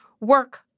work